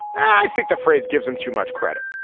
i think the phrase gives him too much credit.